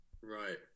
Right